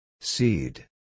Seed